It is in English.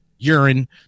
Urine